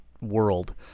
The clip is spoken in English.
world